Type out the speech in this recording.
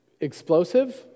explosive